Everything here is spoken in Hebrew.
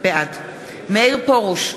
בעד מאיר פרוש,